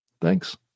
Thanks